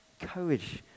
Courage